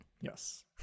Yes